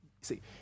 see